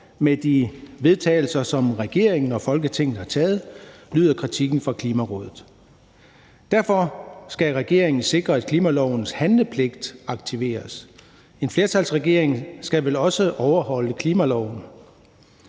med de vedtagelser, som regeringen og Folketinget har lavet, lyder kritikken fra Klimarådet. Derfor skal regeringen sikre, at klimalovens handlepligt aktiveres. En flertalsregering skal vel også overholde klimaloven.